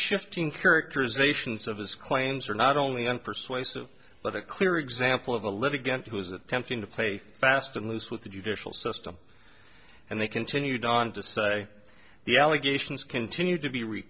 shifting characterizations of his claims are not only an persuasive but a clear example of a litigant who is that tempting to play fast and loose with the judicial system and they continued on to say the allegations continue to be re